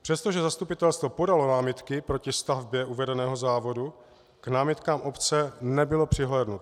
Přestože zastupitelstvo podalo námitky proti stavbě uvedeného závodu, k námitkám obce nebylo přihlédnuto.